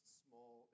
small